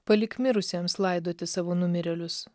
palik mirusiems laidoti savo numirėlius